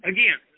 Again